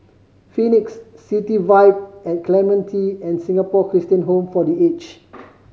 Phoenix City Vibe at Clementi and Singapore Christian Home for The Aged